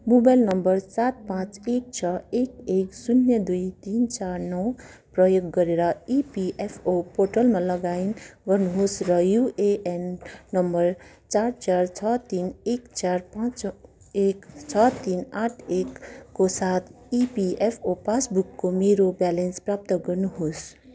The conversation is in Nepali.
मोबाइल नम्बर सात पाँच एक छ एक एक शून्य दुई तिन चार नौ प्रयोग गरेर इपिएफओ पोर्टलमा लगइन गर्नुहोस् र युएएन नम्बर चार चार छ तिन एक चार पाँच एक छ तिन आठ एकको साथ इपिएफओ पासबुकको मेरो ब्यालेन्स प्राप्त गर्नुहोस्